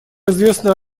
известно